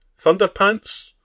Thunderpants